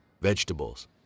vegetables